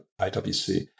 IWC